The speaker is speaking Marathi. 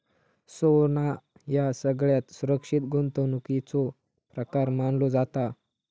सोना ह्यो सगळ्यात सुरक्षित गुंतवणुकीचो प्रकार मानलो जाता